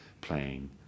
playing